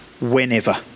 whenever